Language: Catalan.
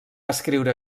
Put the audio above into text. escriure